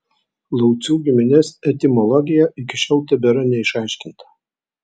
laucių giminės etimologija iki šiol tebėra neišaiškinta